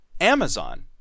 Amazon